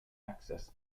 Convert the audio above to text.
access